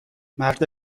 مرد